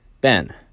Ben